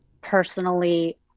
personally